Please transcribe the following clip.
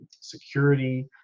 security